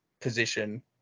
position